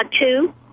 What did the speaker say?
two